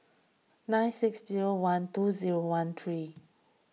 nine six zero one two zero one three